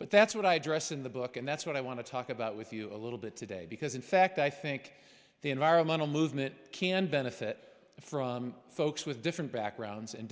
but that's what i address in the book and that's what i want to talk about with you a little bit today because in fact i think the environmental movement can benefit from folks with different backgrounds and